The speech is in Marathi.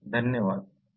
धन्यवाद